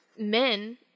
men